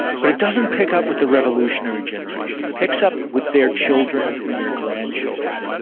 but it doesn't pick up with the revolutionary generation it picks up with their children, and their grandchildren,